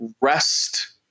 rest